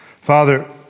Father